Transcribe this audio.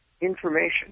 information